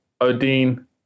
Odin